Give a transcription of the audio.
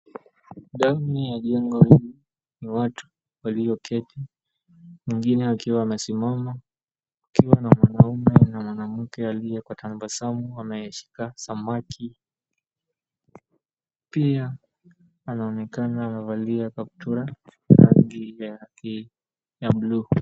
Ndani ya jengo hili ni watu walioketi, mwingine akiwa amesimama, kukiwa na mwanaume na mwanamke aliye kwa tabasamu ana𝑦𝑒shika samaki. Pia anaonekana amevalia kaptu𝑟a, rangi yake ya buluu.